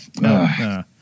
no